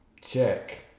check